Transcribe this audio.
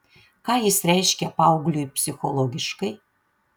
ką jis reiškia paaugliui psichologiškai